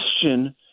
question